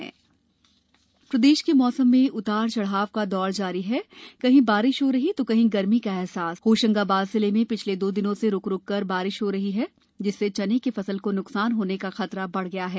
मौसम प्रदेश के मौसम में उतार चढाव जारी है कहीं बारिश हो रही है तो कहीं गर्मी का अहसास होशंगाबाद जिले में पिछले दो दिनों से रुक रुक कर हों रही बारिश से चने की फसल को न्कसान होने का खतरा बढ़ गया है